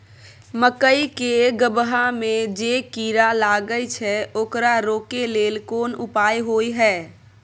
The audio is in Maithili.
मकई के गबहा में जे कीरा लागय छै ओकरा रोके लेल कोन उपाय होय है?